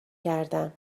کردم